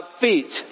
feet